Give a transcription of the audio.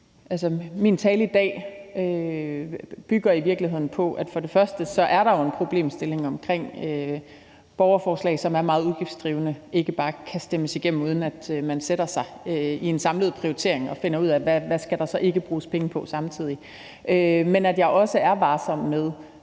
op. Min tale i dag bygger i virkeligheden på, at der jo er en problemstilling omkring, at borgerforslag, som er meget udgiftsdrivende, ikke bare kan stemmes igennem, uden at man sætter sig ned og laver en samlet prioritering og finder ud af, hvad der så ikke skal bruges penge på samtidig. Men jeg er også varsom med